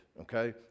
okay